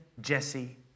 Jesse